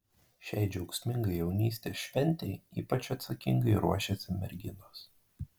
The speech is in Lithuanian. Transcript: šiai džiaugsmingai jaunystės šventei ypač atsakingai ruošiasi merginos